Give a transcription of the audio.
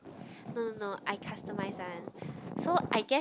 no no no I customize one so I guess